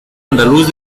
andaluz